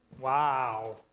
Wow